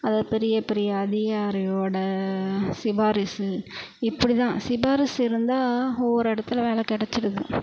அதாவது பெரிய பெரிய அதிகாரியோட சிபாரிசு இப்படி தான் சிபாரிசு இருந்தால் ஒவ்வொரு இடத்துல வேலை கிடச்சிடுது